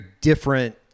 different